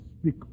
speak